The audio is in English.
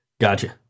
Gotcha